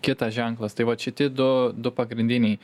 kitas ženklas tai vat šiti du du pagrindiniai